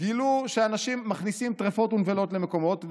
גילו שאנשים מכניסים טרפות ונבלות למקומות,